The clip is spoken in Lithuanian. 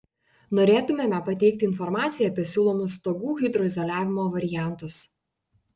norėtumėme pateikti informaciją apie siūlomus stogų hidroizoliavimo variantus